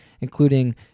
including